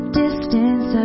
distance